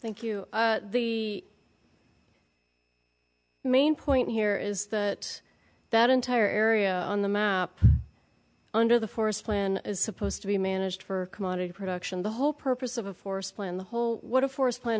thank you the main point here is that that entire area on the map under the forest plan is supposed to be managed for commodity production the whole purpose of a forest plan the whole what a forest